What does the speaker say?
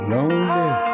Lonely